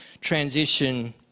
transition